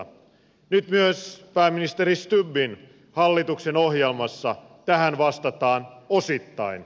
nyt myös pääministeri stubbin hallituksen ohjelmassa tähän vastataan osittain